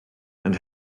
and